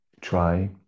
try